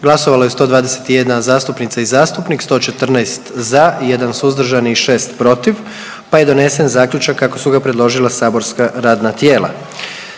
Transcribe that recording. glasujmo. 111 zastupnica i zastupnika je glasovalo, 77 za, 31 suzdržan i 3 protiv pa je donesen Zaključak kako su ga predložila saborska radna tijela.